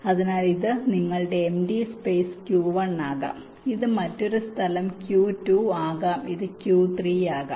അതിനാൽ ഇത് നിങ്ങളുടെ എംപ്റ്റി സ്പേസ് Q1 ആകാം ഇത് മറ്റൊരു സ്ഥലം Q2 ആകാം ഇത് Q3 ആകാം